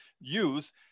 use